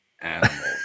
animals